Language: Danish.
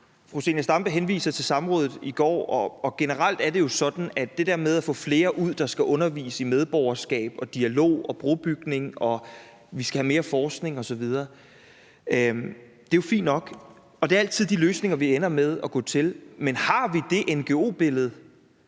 Fru Zenia Stampe henviser til samrådet i går. Generelt er det jo sådan, at det der med at få flere ud, der skal undervise i medborgerskab, dialog og brobygning, og det med, at vi skal have mere forskning osv., er fint nok, og det er altid de løsninger, vi ender med at gå til. Man har vi det ngo-billede,